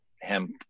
hemp